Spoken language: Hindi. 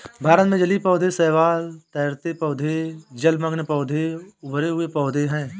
भारत में जलीय पौधे शैवाल, तैरते पौधे, जलमग्न पौधे और उभरे हुए पौधे हैं